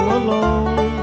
alone